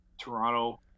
Toronto